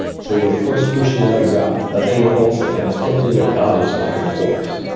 so you're first pushing your legs out, but then you're also kind of tilting your pelvis back and forth.